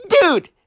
dude